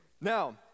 Now